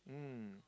mm